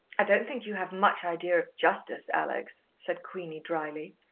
i don't think you have much idea of justice, alex, said queenie drily.